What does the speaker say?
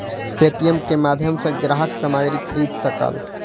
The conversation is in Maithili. पे.टी.एम के माध्यम सॅ ग्राहक सामग्री खरीद सकल